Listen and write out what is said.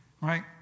Right